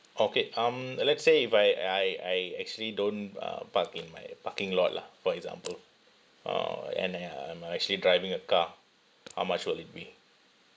okay um let's say if I I I actually don't uh park in my parking lot lah for example uh and I uh I'm actually driving a car how much will it be